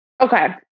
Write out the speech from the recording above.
Okay